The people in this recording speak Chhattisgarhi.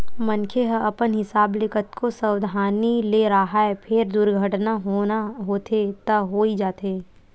मनखे ह अपन हिसाब ले कतको सवधानी ले राहय फेर दुरघटना होना होथे त होइ जाथे